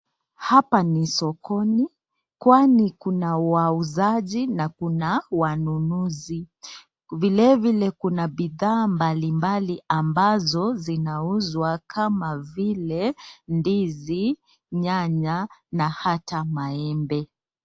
Hapa ni sokoni. Kwani kuna wauzaji na kuna wanunuzi. Vilevile kuna bidhaa mbalimbali ambazo zinauzwa kama vile, ndizi, nyanya, na hata maembe.